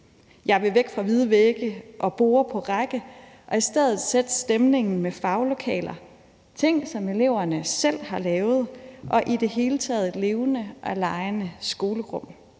Jeg vil væk fra hvide vægge og borde på række og i stedet sætte stemningen med faglokaler, ting, som eleverne selv har lavet, og i det hele taget et levende og legende skolerum.